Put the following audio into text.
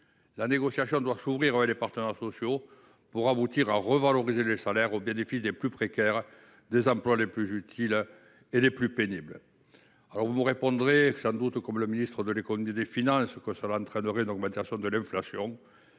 Une négociation doit s'ouvrir avec les partenaires sociaux pour revaloriser les salaires au bénéfice des plus précaires, des emplois les plus utiles et les plus pénibles. Vous me répondrez sans doute, comme le ministre de l'économie et des finances, que cela entraînerait une augmentation de l'inflation.